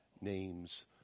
names